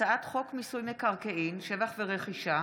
הצעת חוק מיסוי מקרקעין (שבח ורכישה)